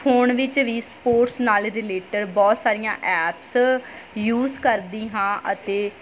phone ਵਿੱਚ ਵੀ sports ਨਾਲ ਰਿਲੇਟਡ ਬਹੁਤ ਸਾਰੀਆਂ ਐਪਸ ਯੂਜ ਕਰਦੀ ਹਾਂ ਅਤੇ